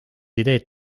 ideed